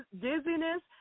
dizziness